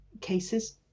cases